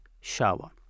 shower